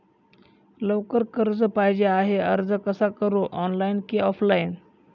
लवकर कर्ज पाहिजे आहे अर्ज कसा करु ऑनलाइन कि ऑफलाइन?